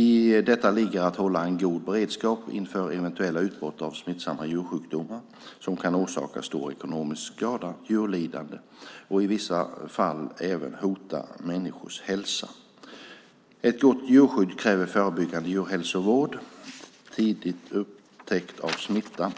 I detta ligger att hålla en god beredskap inför eventuella utbrott av smittsamma djursjukdomar som kan orsaka stor ekonomisk skada, djurlidande och i vissa fall även hota människors hälsa. Ett gott smittskydd kräver förebyggande djurhälsovård, tidig upptäckt av smitta